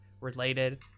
related